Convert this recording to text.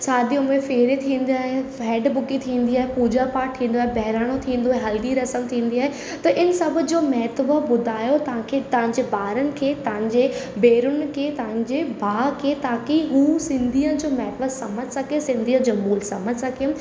शादियुनि में फेरे थींदा आहिनि हैड बुकी थींदी आ पूॼा पाठ थींदो आहे बहिराणो थींदो आहे हल्दी रसम थींदी आहे त इन सभु जो महत्व ॿुधायो तव्हांखे तव्हांजे ॿारनि खे तव्हांजे भेनरुनि खे तव्हांजे भाउ खे ताकी हू सिंधीअ जो महत्व सम्झ सघे सिंधीअ जो मूल सम्झ सघियूं